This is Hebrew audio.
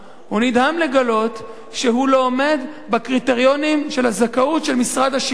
הוא נדהם לגלות שהוא לא עומד בקריטריונים של הזכאות של משרד השיכון.